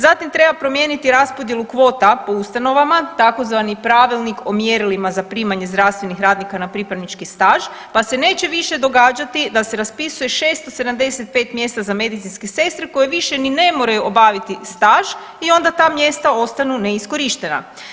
Zatim treba promijeniti raspodjelu kvota po ustanovama tzv. Pravilnik o mjerilima za primanje zdravstvenih radnika na pripravnički staž pa se neće više događati da se raspisuje 675 mjesta za medicinske sestre koje više ni ne moraju obaviti staž i onda ta mjesta ostanu neiskorištena.